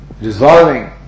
Resolving